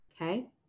Okay